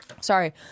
Sorry